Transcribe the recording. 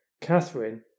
Catherine